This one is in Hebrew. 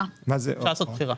אפשר לעשות בחירה.